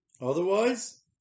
Otherwise